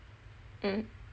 mm